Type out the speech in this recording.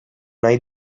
nahi